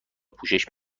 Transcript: پوشش